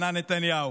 ענה נתניהו.